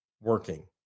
working